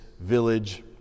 village